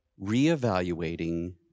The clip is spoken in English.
reevaluating